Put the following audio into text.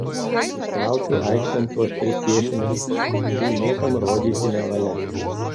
ištraukiu aikštėn tuos tris piešinius kurių niekam rodyti nevalia